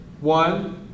one